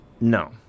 No